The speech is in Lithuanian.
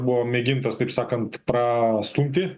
buvo mėgintas taip sakant prastumti